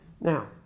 Now